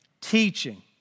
teaching